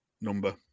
number